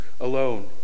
alone